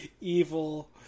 evil